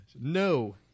no